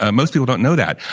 ah most people don't know that.